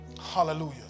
Hallelujah